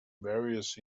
various